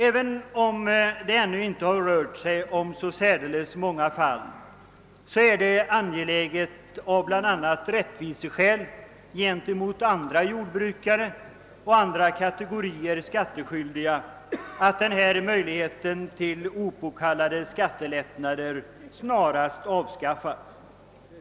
Även om det ännu inte har rört sig om så särdeles många fall är det angeläget av bl.a. rättviseskäl gentemot andra jordbrukare och andra kategorier skattskyldiga, att den här möjligheten till opåkallade skattelättnader snarast avskaffas.